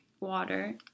water